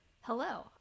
Hello